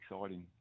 exciting